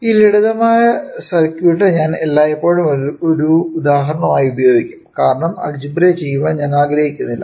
ഈ ലളിതമായ സർക്യൂട്ട് ഞാൻ എല്ലായ്പ്പോഴും ഒരു ഉദാഹരണമായി ഉപയോഗിക്കും കാരണം അൾജിബ്രൈ ചെയ്യാൻ ഞാൻ ആഗ്രഹിക്കുന്നില്ല